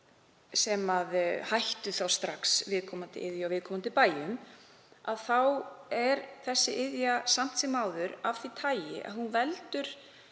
sem hættu þá strax þeirri iðju á viðkomandi bæjum, þá er þessi iðja samt sem áður af því tagi að hún veldur